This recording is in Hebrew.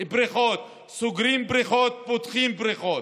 בריכות, סוגרים בריכות, פותחים בריכות.